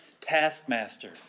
taskmaster